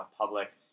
public